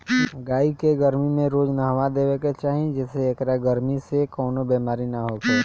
गाई के गरमी में रोज नहावा देवे के चाही जेसे एकरा गरमी से कवनो बेमारी ना होखे